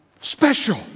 special